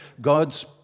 God's